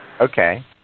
Okay